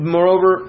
Moreover